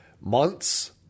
months